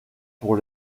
pour